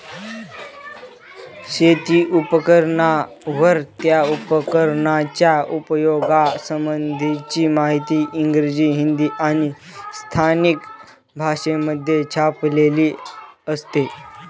शेती उपकरणांवर, त्या उपकरणाच्या उपयोगा संबंधीची माहिती इंग्रजी, हिंदी आणि स्थानिक भाषेमध्ये छापलेली असते